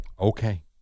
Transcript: Okay